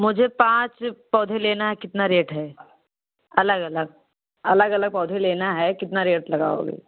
मुझे पाँच पौधे लेना है कितना रेट है अलग अलग अलग अलग पौधे लेना है कितना रेट लगाओगे